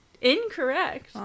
Incorrect